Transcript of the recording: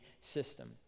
system